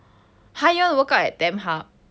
!huh! you want to work out at tamp hub